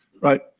Right